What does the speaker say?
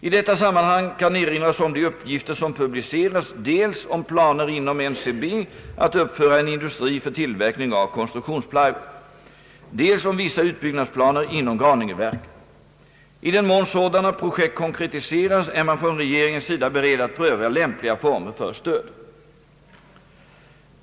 I detta sammanhang kan erinras om de uppgifter som publicerats dels om planer inom NCB att uppföra en industri för tillverkning av konstruktionsplywood, dels om vissa utbyggnadsplaner inom Graningeverken. I den mån sådana projekt konkretiseras är man från regeringens sida beredd att pröva lämpliga former för stöd.